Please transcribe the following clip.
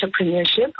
entrepreneurship